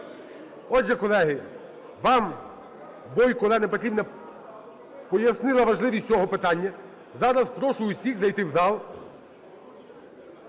Отже, колеги, вам Бойко Олена Петрівна пояснила важливість цього питання. Зараз прошу усіх зайти в зал